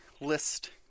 list